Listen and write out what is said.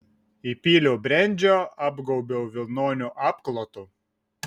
įpyliau brendžio apgaubiau vilnoniu apklotu